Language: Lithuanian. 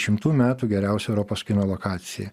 šimtų metų geriausio europos kino lokacija